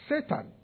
Satan